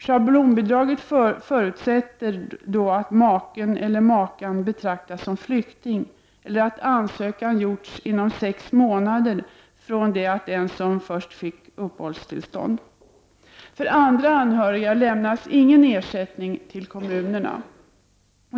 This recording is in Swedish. Schablonbidraget förutsätter att maken eller makan betraktas som flykting eller att ansökan gjorts inom sex månader från det att den som kom först fick uppehållstillstånd. För andra anhöriga lämnas ingen ersättning till kommunerna.